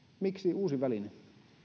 miksi uusi väline